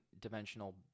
dimensional